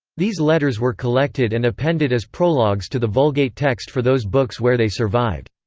these letters were collected and appended as prologues to the vulgate text for those books where they survived.